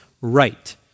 right